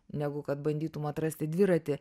negu kad bandytum atrasti dviratį